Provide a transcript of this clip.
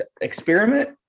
experiment